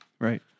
Right